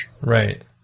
Right